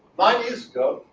nine years